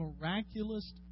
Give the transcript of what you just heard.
miraculous